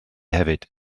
hefyd